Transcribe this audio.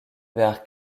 vers